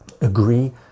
agree